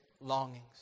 longings